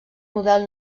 model